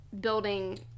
building